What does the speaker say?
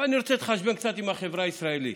אבל אני רוצה להתחשבן קצת עם החברה הישראלית.